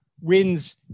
wins